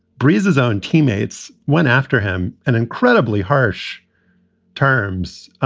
brees, his own teammates, went after him an incredibly harsh terms